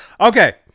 okay